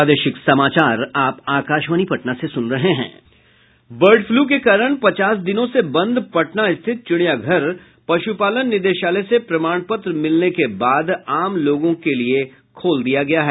bird flu के कारण पचास दिनों से बंद पटना स्थित चिड़ियाघर पशुपालन निदेशाल से प्रमाण पत्र मिलने के बाद आम लोगों के लिए खोल दिया गया है